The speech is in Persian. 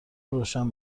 روشن